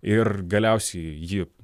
ir galiausiai ji